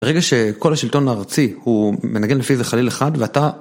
ברגע שכל השלטון הארצי הוא מנגן לפי זה חליל אחד ואתה...